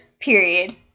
period